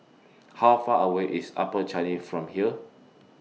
How Far away IS Upper Changi from here